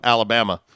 Alabama